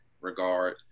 regard